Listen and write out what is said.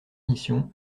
munitions